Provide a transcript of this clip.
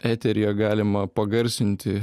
eteryje galima pagarsinti